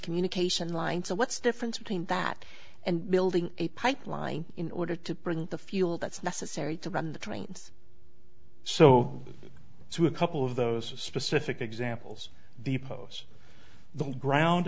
communication lines so what's the difference between that and building a pipeline in order to bring the fuel that's necessary to run the trains so to a couple of those specific examples the pose the ground